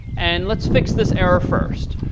and let's fix this error first.